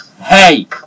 Hey